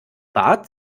bart